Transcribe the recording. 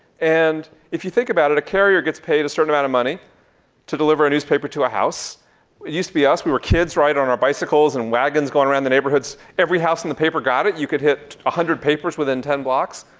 and if you think about it, a carrier gets paid a certain amount of money to deliver a newspaper to a house. it used to be us. we were kids riding on our bicycles and wagons going around the neighborhoods. every house in the paper got it. you could hit one hundred papers within ten blocks.